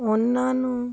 ਉਹਨਾਂ ਨੂੰ